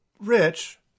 rich